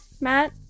Matt